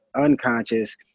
unconscious